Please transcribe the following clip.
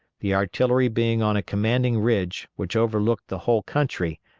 the artillery being on a commanding ridge which overlooked the whole country,